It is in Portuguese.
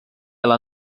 ela